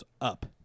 up